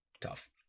tough